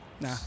nah